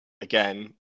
again